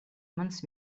manas